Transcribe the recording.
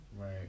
right